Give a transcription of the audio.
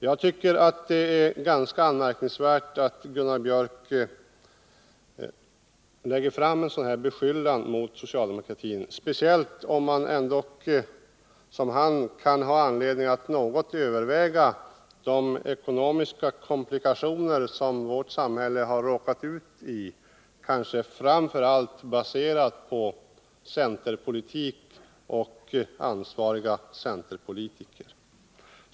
Jag tycker därför det är ganska anmärkningsvärt att Gunnar Björk kommer med en sådan beskyllning mot socialdemokratin, speciellt när man som han kan ha anledning att överväga de ekonomiska komplikationer som vårt samhälle har råkat in i, kanske framför allt till följd av centerpolitik och ansvariga centerpolitiker.